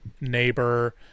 neighbor